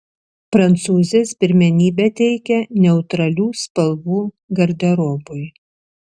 prancūzės pirmenybę teikia neutralių spalvų garderobui